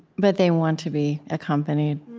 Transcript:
but they want to be accompanied.